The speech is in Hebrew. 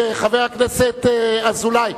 חבר הכנסת אזולאי,